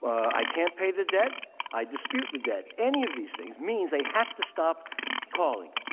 i can't pay the debt, i dispute the debt. any of these things means they have to stop calling,